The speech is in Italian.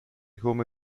come